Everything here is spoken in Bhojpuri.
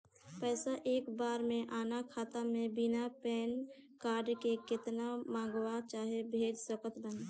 पैसा एक बार मे आना खाता मे बिना पैन कार्ड के केतना मँगवा चाहे भेज सकत बानी?